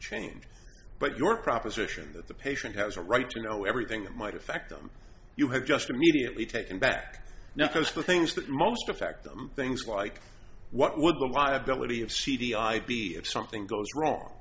change but your proposition that the patient has a right to know everything that might affect them you have just immediately taken back now those two things that most affect them things like what would the liability of c d i be if something goes wrong